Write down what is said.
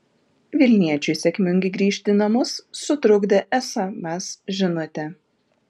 vilniečiui sėkmingai grįžti į namus sutrukdė sms žinutė